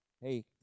Hey